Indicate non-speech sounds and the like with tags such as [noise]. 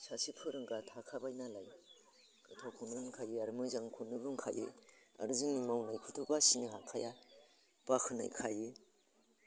सासे फोरोंग्रा थाखाबाय नालाय [unintelligible] मोजांखौनो बुंखायो आरो जोंनि मावनायखौथ' बासिनो हाखाया बाखनायखायो